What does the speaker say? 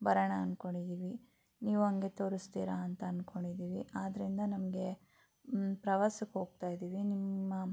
ಬರೋಣ ಅಂದ್ಕೊಂಡಿದ್ದೀವಿ ನೀವು ಹಂಗೇ ತೋರಿಸ್ತೀರಾ ಅಂತ ಅಂದ್ಕೊಂಡಿದ್ದೀವಿ ಆದ್ದರಿಂದ ನಮಗೆ ಪ್ರವಾಸಕ್ಕೆ ಹೋಗ್ತಾ ಇದ್ದೀವಿ ನಿಮ್ಮ